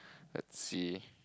let's see